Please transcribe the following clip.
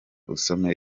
usome